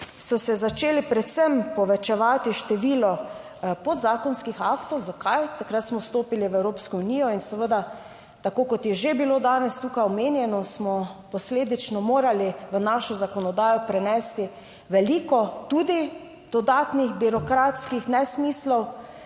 so se začeli predvsem povečevati število podzakonskih aktov. Zakaj? Takrat smo vstopili v Evropsko unijo in seveda, tako kot je že bilo danes tukaj omenjeno, smo posledično morali v našo zakonodajo prenesti veliko, tudi dodatnih birokratskih nesmislov,